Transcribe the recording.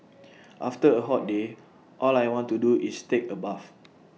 after A hot day all I want to do is take A bath